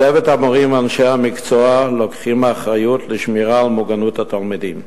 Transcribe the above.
צוות המורים ואנשי המקצוע לוקחים אחריות לשמירה על מוגנות התלמידים.